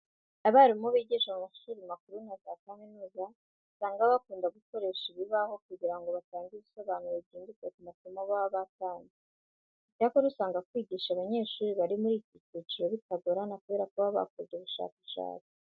Abarimu bigisha mu mashuri makuru na za kaminuza usanga baba bakunda gukoresha ibibaho kugira ngo batange ibisobanuro byimbitse ku masomo baba batanze. Icyakora usanga kwigisha abanyeshuri bari muri iki cyiciro bitagorana kubera ko baba bakoze ubushakashatsi.